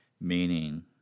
meaning